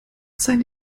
seine